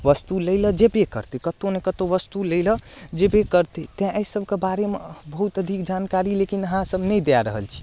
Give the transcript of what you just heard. वस्तु लै लए जेबै करतै कतौ ने कतौ वस्तु लै लए जेबै करतै तैँ एहि सबके बारेमे बहुत अधिक जानकारी लेकिन अहाँ सब नहि दए रहल छी